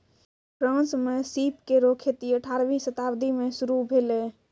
France म सीप केरो खेती अठारहवीं शताब्दी में शुरू भेलै